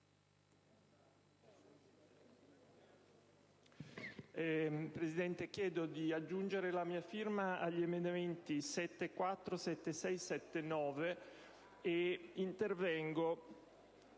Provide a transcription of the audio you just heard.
Presidente, chiedo di aggiungere la mia firma agli emendamenti 7.4, 7.6 e 7.9. Intervengo